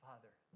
Father